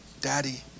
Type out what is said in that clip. Daddy